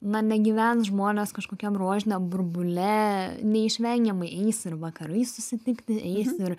na negyvens žmonės kažkokiam rožiniam burbule neišvengiamai eis ir vakarais susitikti eis ir